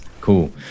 cool